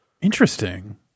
interesting